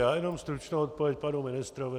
Já jenom stručnou odpověď panu ministrovi.